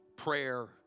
Prayer